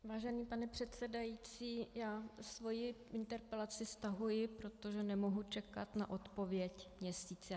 Vážený pane předsedající, já svoji interpelaci stahuji, protože nemohu čekat na odpověď měsíc.